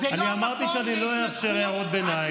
אני אמרתי שאני לא אאפשר הערות ביניים.